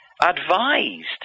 advised